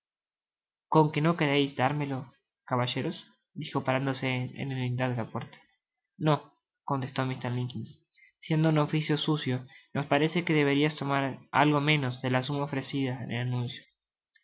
con que no quereis dármelo caballeros dijo parándose en el lindar de la puerta no contestó mr limbkinssiendo un oficio sucio nos parece que deberiais tomar algo menos de la suma ofrecida en el